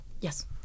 Yes